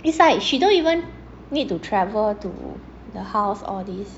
is like she don't even need to travel to her house all these